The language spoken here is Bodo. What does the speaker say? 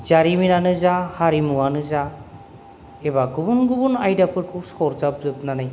जारिमिनानो जा हारिमुवानो जा एबा गुबुन गुबुन आयदाफोरखौ सरजाबजोबनानै